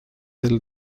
del